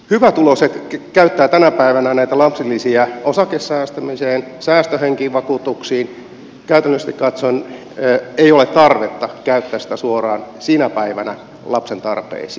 hyvätuloiset käyttävät tänä päivänä näitä lapsilisiä osakesäästämiseen säästöhenkivakuutuksiin käytännöllisesti katsoen ei ole tarvetta käyttää sitä suoraan sinä päivänä lapsen tarpeisiin